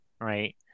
right